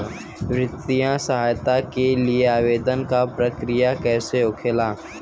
वित्तीय सहायता के लिए आवेदन क प्रक्रिया कैसे होखेला?